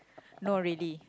no really